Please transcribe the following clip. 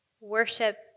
worship